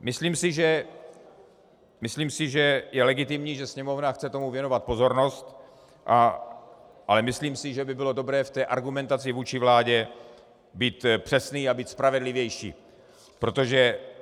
Myslím si, že je legitimní, že Sněmovna chce tomu věnovat pozornost, ale myslím si, že by bylo dobré v té argumentaci vůči vládě být přesný a být spravedlivější, protože...